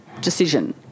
decision